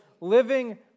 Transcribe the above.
Living